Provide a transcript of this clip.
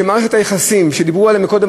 שמערכת היחסים שדיברו עליה קודם,